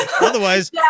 Otherwise